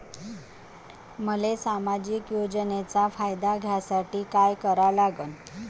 मले सामाजिक योजनेचा फायदा घ्यासाठी काय करा लागन?